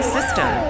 System